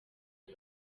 iyi